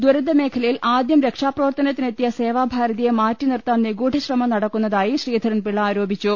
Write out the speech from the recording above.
ദുരന്തമേഖലയിൽ ആദ്യം രക്ഷാ പ്രവർത്തനത്തിന് എത്തിയ സേവാഭാരതിയെ മാറ്റി നിർത്താൻ നിഗൂഢശ്രമം നടക്കുന്നതായി ശ്രീധരൻപിള്ള ആരോപിച്ചു